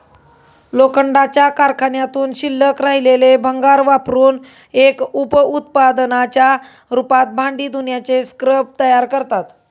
लोखंडाच्या कारखान्यातून शिल्लक राहिलेले भंगार वापरुन एक उप उत्पादनाच्या रूपात भांडी धुण्याचे स्क्रब तयार करतात